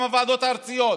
גם הוועדות הארציות,